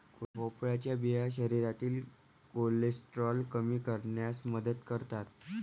भोपळ्याच्या बिया शरीरातील कोलेस्टेरॉल कमी करण्यास मदत करतात